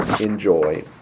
enjoy